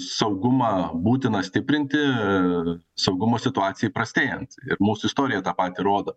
saugumą būtina stiprinti i saugumo situacijai prastėjant ir mūsų istorija tą patį rodo